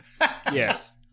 Yes